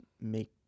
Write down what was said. make